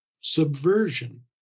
subversion